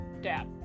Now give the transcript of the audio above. Dad